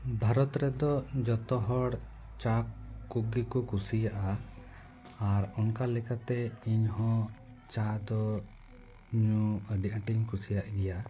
ᱵᱷᱟᱨᱚᱛ ᱨᱮᱫᱚ ᱡᱚᱛᱚ ᱦᱚᱲ ᱪᱟ ᱠᱚᱜᱮ ᱠᱚ ᱠᱩᱥᱤᱭᱟᱜᱼᱟ ᱟᱨ ᱚᱱᱠᱟ ᱞᱮᱠᱟᱛᱮ ᱤᱧ ᱦᱚᱸ ᱪᱟ ᱫᱚ ᱧᱩ ᱟᱹᱰᱤ ᱟᱴᱤᱧ ᱠᱩᱥᱤᱭᱟᱜ ᱜᱮᱭᱟ